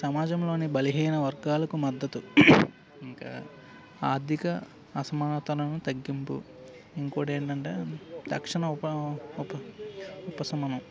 సమాజంలోని బలహీన వర్గాలకు మద్దతు ఇంకా ఆర్థిక అసమానతలను తగ్గింపు ఇంకొకటి ఏంటంటే దక్షణ ఉపశమనం